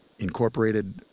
Incorporated